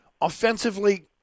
Offensively